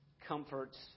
comforts